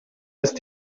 ist